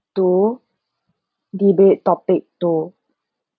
two debate topic two